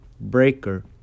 Breaker